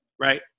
right